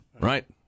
Right